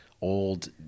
old